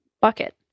bucket